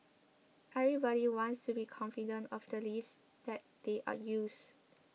everybody wants to be confident of the lifts that they are use